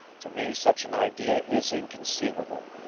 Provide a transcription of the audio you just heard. to me such an idea is inconceivable.